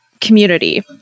community